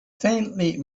faintly